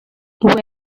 where